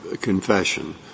confession